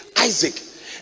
isaac